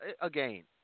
again